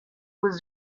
was